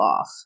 off